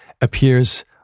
appears